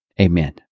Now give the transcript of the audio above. Amen